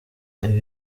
ibi